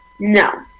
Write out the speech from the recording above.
No